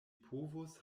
povus